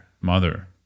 mother